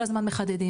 כל הזמן מחדדים,